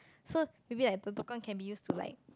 so maybe like the token can be used to like